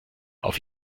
auf